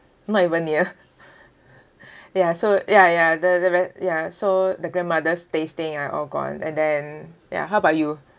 not even near ya so ya ya the the re~ ya so the grandmother's tasting are all gone and then ya how about you